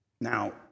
Now